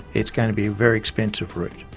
it's going to be a very expensive route.